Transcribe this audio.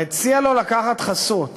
הוא הציע לו לקחת חסות,